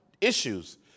issues